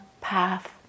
path